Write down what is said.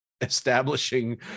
establishing